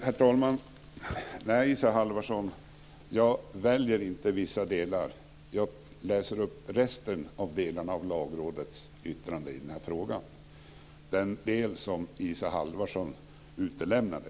Herr talman! Nej, Isa Halvarsson, jag väljer inte vissa delar. Jag läste upp resten av Lagrådets yttrande i den här frågan, den del som Isa Halvarsson utelämnade.